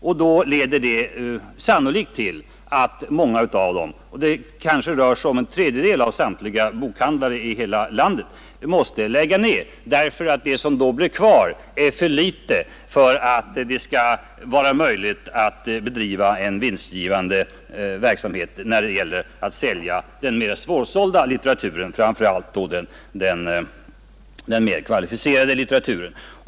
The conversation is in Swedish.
Detta leder sannolikt till att många av dem — det kanske rör sig om en tredjedel av samtliga bokhandlare i hela landet — måste lägga ned sin verksamhet därför att det som blir kvar, dvs. den svårsålda mer kvalificerade litteraturen, inte räcker som underlag för en vinstgivande verksamhet.